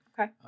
Okay